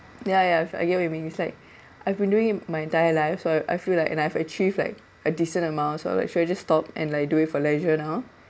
ya ya I get what you mean it's like I've been doing my entire life so I feel like I've achieved like a decent amount so like should I just stop and like do it for leisure now